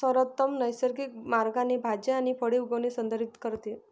सर्वोत्तम नैसर्गिक मार्गाने भाज्या आणि फळे उगवणे संदर्भित करते